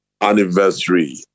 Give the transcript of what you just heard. anniversary